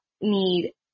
need